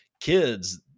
kids